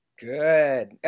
Good